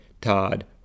Todd